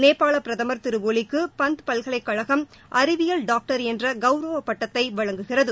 நேபாள பிரதமர் திரு ஒலிக்கு பந்த் பல்கலைகழகம் அறிவியல் டாக்டர் என்ற கௌரவ பட்டத்தை வழங்குகிறது